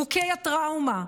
מוכי הטראומה,